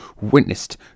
witnessed